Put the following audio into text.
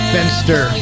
Fenster